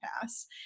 pass